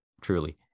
truly